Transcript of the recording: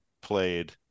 played